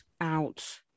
Out